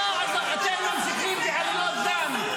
אתם ממשיכים בעלילות דם.